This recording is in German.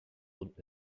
und